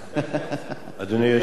היושב-ראש,